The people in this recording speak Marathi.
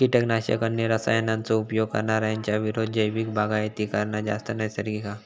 किटकनाशक, अन्य रसायनांचो उपयोग करणार्यांच्या विरुद्ध जैविक बागायती करना जास्त नैसर्गिक हा